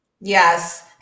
Yes